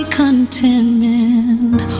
contentment